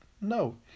No